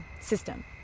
system